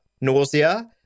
nausea